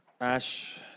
Ash